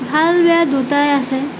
ভাল বেয়া দুটাই আছে